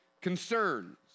concerns